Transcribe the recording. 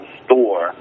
store